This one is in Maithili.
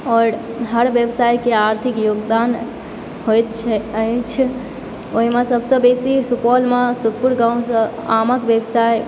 आओर हर व्यवसाय के आर्थिक योगदान होयत छै अछि ओहिमे सबसॅं बेसी सुपौलमे सुखपुर गाँव सॅं आमक व्यवसाय